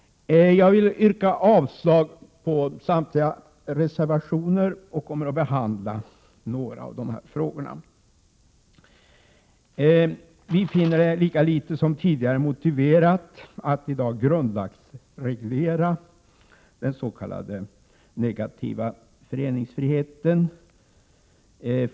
Jag vill yrka avslag på samtliga reservationer och kommer att behandla några av frågorna i betänkandet. Vi finner det lika litet motiverat som tidigare att i dag grundlagsreglera den s.k. negativa föreningsfriheten.